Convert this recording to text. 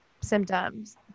symptoms